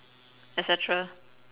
et cetera